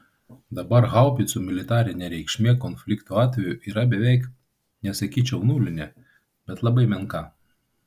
dabar haubicų militarinė reikšmė konflikto atveju yra beveik nesakyčiau nulinė bet labai menka